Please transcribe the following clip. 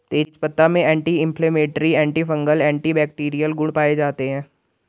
तेजपत्ता में anti inflammatory, antifungal, antibacterial गुण पाये जाते है